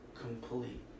complete